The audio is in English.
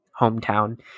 hometown